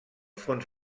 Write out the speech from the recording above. fons